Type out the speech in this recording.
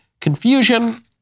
confusion